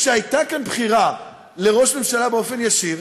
כשהייתה כאן בחירה לראש ממשלה באופן ישיר,